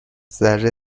ذره